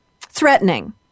threatening